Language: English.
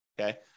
Okay